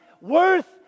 worth